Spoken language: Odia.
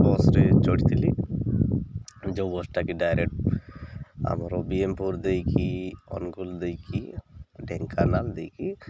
ବସ୍ରେ ଚଢ଼ିଥିଲି ଯେଉଁ ବସ୍ଟାକି ଡାଇରେକ୍ଟ ଆମର ବିଏମ୍ପୁର ଦେଇକି ଅନୁଗୁଳ ଦେଇକି ଢେଙ୍କାନାଳ ଦେଇକି